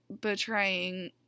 betraying